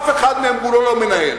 אף אחד הוא לא מנהל.